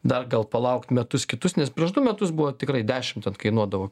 dar gal palaukt metus kitus nes prieš du metus buvo tikrai dešimt ten kainuodavo